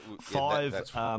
five